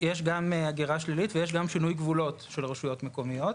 יש גם הגירה שלילית ויש גם שינוי גבולות של רשויות מקומיות.